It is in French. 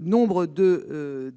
nombre de